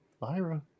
Lyra